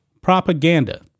propaganda